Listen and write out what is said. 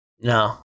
no